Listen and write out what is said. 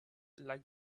like